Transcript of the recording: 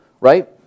right